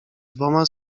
dwoma